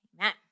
Amen